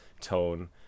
tone